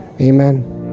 Amen